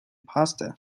pasta